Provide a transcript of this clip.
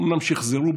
אומנם שחזרו,